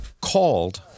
called